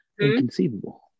inconceivable